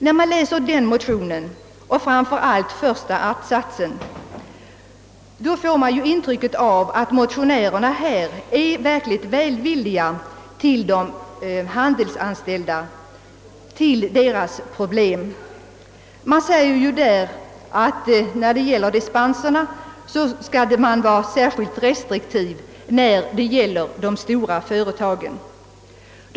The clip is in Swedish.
När man läser den motionen, framför allt den första attsatsen, får man intrycket att motionärerna verkligen är välvilligt inställda till de handelsanställda och deras problem. Motionärerna säger att man i fråga om dispenser skall vara särskilt restriktiv mot de stora företagens butiker.